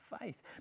faith